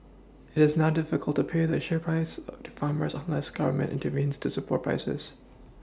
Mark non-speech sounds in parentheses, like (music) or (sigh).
it is now difficult to pay the assured price (hesitation) to farmers unless Government intervenes to support prices